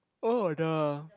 oh the